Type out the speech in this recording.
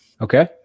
okay